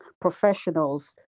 professionals